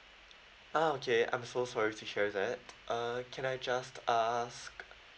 ah okay I'm so sorry to hear that uh can I just ask